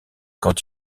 quand